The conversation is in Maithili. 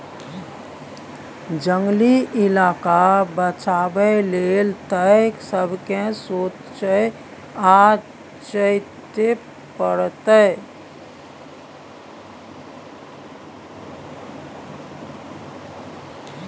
जंगली इलाका बचाबै लेल तए सबके सोचइ आ चेतै परतै